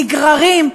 נגררים,